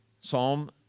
Psalm